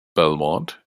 belmont